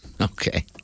Okay